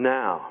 now